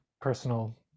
personal